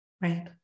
right